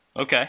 Okay